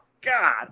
God